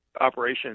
operation